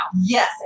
Yes